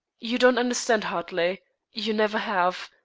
you don't understand hartley you never have.